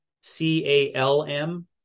C-A-L-M